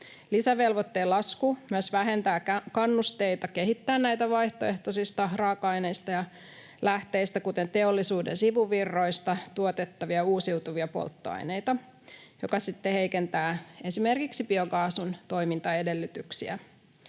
Lisävelvoitteen lasku myös vähentää kannusteita kehittää vaihtoehtoisista raaka-aineista ja lähteistä, kuten teollisuuden sivuvirroista, tuotettavia uusiutuvia polttoaineita, mikä sitten heikentää esimerkiksi biokaasun toimintaedellytyksiä